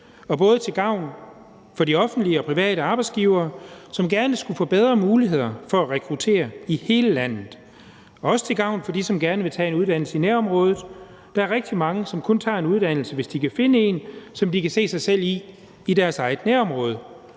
og til gavn både for de offentlige og de private arbejdsgivere, som gerne skulle få bedre muligheder for at rekruttere i hele landet, og også til gavn for dem, der gerne vil tage en uddannelse i nærområdet. Der er rigtig mange, som kun tager en uddannelse, hvis de kan finde en, som de kan se sig selv i, i deres eget nærområde.